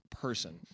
person